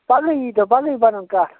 پَگہٕے یی تَو پَگہٕے بَنَن کَٹھ